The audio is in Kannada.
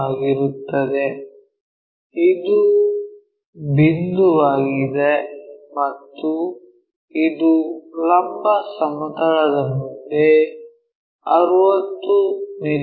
ಆಗಿರುತ್ತದೆ ಇದು ಬಿಂದುವಾಗಿದೆ ಮತ್ತು ಇದು ಲಂಬ ಸಮತಲದ ಮುಂದೆ 60 ಮಿ